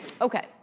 Okay